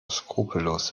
skrupellos